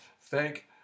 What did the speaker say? thank